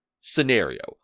scenario